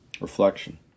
Reflection